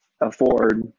afford